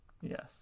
yes